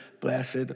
blessed